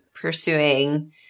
pursuing